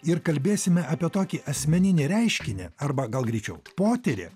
ir kalbėsime apie tokį asmeninį reiškinį arba gal greičiau potyrį